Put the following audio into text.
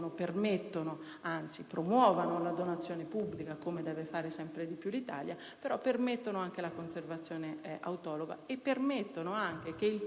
promuovono la donazione pubblica, come deve fare sempre di più l'Italia, però permettono anche la conservazione autologa e che il privato, in qualche modo, possa